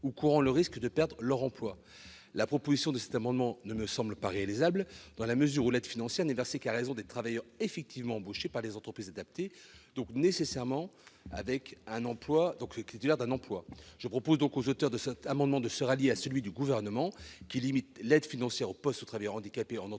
courent le risque de perdre leur emploi ». Cette proposition ne me semble pas réalisable, dans la mesure où l'aide financière n'est versée qu'à raison des travailleurs effectivement embauchés par les entreprises adaptées, donc nécessairement titulaires d'un emploi. Je propose aux auteurs de cet amendement de se rallier à celui du Gouvernement qui vise à limiter l'aide financière au poste aux travailleurs handicapés en entreprise